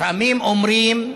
לפעמים אומרים: